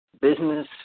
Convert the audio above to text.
business